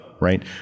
right